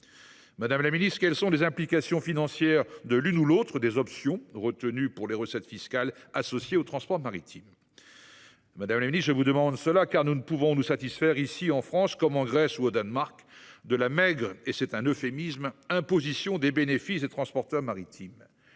Madame la secrétaire d’État, quelles sont les implications financières de l’une ou l’autre des options retenues sur les recettes fiscales associées au transport maritime ? Je vous pose cette question, car nous ne pouvons pas nous satisfaire, ici en France, comme en Grèce ou au Danemark, de la maigre – c’est un euphémisme !– imposition des bénéfices des transporteurs maritimes.